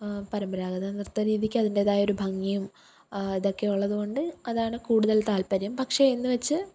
പരമ്പരാഗത നൃത്തരീതിയ്ക്ക് അതിന്റേതായൊരു ഭംഗിയും ഇതൊക്കെ ഉള്ളതുകൊണ്ട് അതാണ് കൂടുതല് താല്പര്യം പക്ഷെ എന്നു വച്ച്